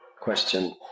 question